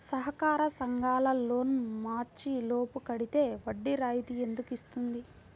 సహకార సంఘాల loan March లోపు కట్టితే వడ్డీ రాయితీ ఎందుకు ఇస్తుంది?